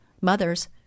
mothers